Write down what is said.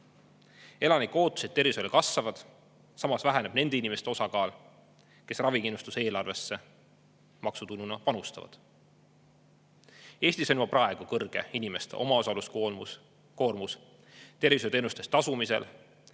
Elanike ootused tervishoiule kasvavad. Samas väheneb nende inimeste osakaal, kes ravikindlustuse eelarvesse maksutuluna panustavad. Eestis on juba praegu kõrge inimeste omaosaluskoormus. Koormus tervishoiuteenuste eest tasumisel